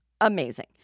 amazing